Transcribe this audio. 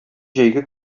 җәйге